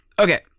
okay